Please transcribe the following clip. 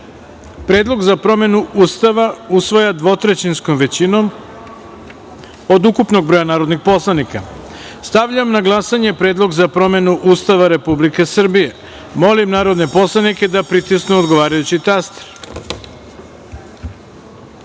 predlog za promenu Ustava usvaja dvotrećinskom većinom od ukupnog broja narodnih poslanika. Stavljam na glasanje Predlog za promenu Ustava Republike Srbije. Molim narodne poslanike da pritisnu odgovarajući